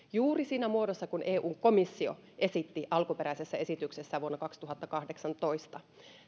juuri siinä muodossa kuin eun komissio esitti alkuperäisessä esityksessään vuonna kaksituhattakahdeksantoista